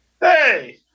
Hey